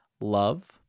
Love